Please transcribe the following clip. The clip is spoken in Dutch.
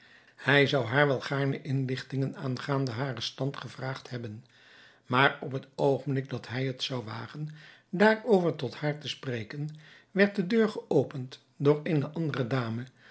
hij zou haar wel gaarne inlichtingen aangaande haren stand gevraagd hebben maar op het oogenblik dat hij het zou wagen daarover tot haar te spreken werd de deur geopend door eene andere dame